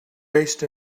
raced